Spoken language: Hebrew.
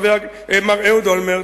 מר אהוד אולמרט,